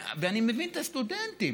ואני מבין את הסטודנט,